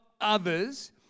others